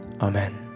Amen